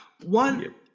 One